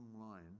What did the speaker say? line